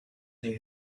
they